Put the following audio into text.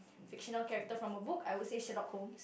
fictional character from a book I would say Sherlock-Holmes